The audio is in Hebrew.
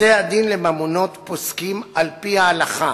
בתי-הדין לממונות פוסקים על-פי ההלכה